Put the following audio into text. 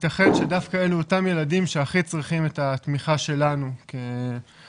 יתכן שדווקא אלו אותם ילדים שהכי צריכים את התמיכה שלנו כמדינה,